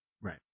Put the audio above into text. Right